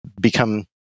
become